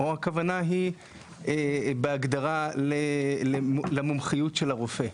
או שהכוונה היא בהגדרה למומחיות של הרופא?